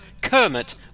Kermit